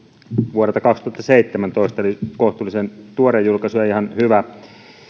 vuodelta kaksituhattaseitsemäntoista eli kohtuullisen tuoreessa julkaisussa joka on ihan hyvä